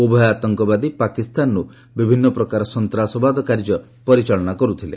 ଉଭୟ ଆତଙ୍କବାଦୀ ପାକିସ୍ତାନରୁ ବିଭିନ୍ନ ପ୍ରକାର ସନ୍ତାସବାଦ କାର୍ଯ୍ୟ ପରିଚାଳନା କରୁଥିଲେ